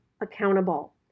accountable